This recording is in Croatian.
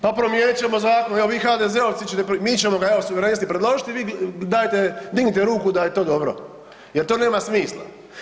Pa promijenit ćemo zakon, evo vi HDZ-ovci ćete, mi ćemo ga, evo, suverenisti predložiti, vi dajte, dignite ruku da je to dobro jer to nema smisla.